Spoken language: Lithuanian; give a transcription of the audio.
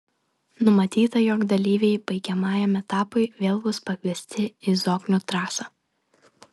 numatyta jog dalyviai baigiamajam etapui vėl bus pakviesti į zoknių trasą